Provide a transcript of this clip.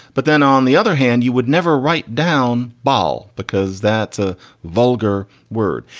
but then on the other hand, you would never write down bolle because that's a vulgar word.